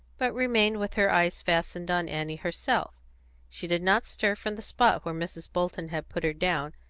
but remained with her eyes fastened on annie herself she did not stir from the spot where mrs. bolton had put her down,